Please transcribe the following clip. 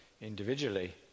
individually